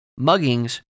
Muggings